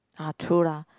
ah true lah